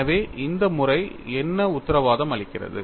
எனவே இந்த முறை என்ன உத்தரவாதம் அளிக்கிறது